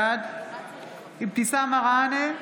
בעד אבתיסאם מראענה,